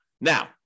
Now